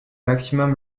maximum